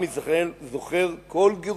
עם ישראל זוכר כל גירוש.